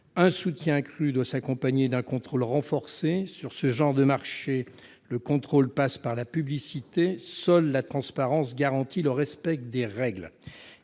Un soutien accru doit s'accompagner d'un contrôle renforcé. Sur ce genre de marché, le contrôle passe par la publicité, et seule la transparence garantit le respect des règles.